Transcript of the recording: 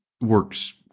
works